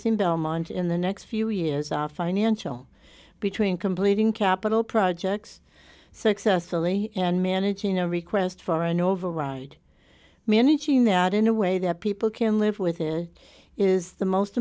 belmont in the next few years are financial between completing capital projects successfully and managing a request for an override managing that in a way that people can live with it is the most